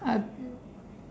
I